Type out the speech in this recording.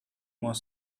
more